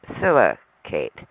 silicate